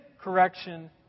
correction